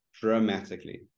dramatically